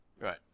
Right